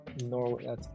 Norway